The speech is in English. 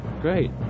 Great